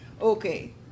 okay